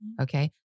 Okay